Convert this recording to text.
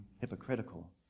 hypocritical